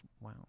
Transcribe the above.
Wow